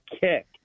kick